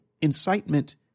Incitement